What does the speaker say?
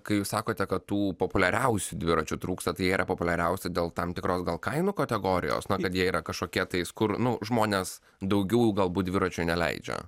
kai jūs sakote kad tų populiariausių dviračių trūksta tai jie yra populiariausi dėl tam tikros gal kainų kategorijos na kad jie yra kažkokietais kur nu žmones daugiau galbūt dviračiui neleidžia